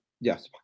yes